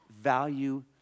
value